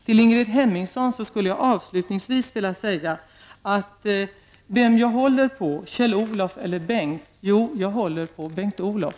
Avslutningsvis skulle jag vilja säga till Ingrid Hemmingsson som svar på frågan om vem jag håller på, Kjell-Olof eller Bengt: Jag håller på Bengt Olof.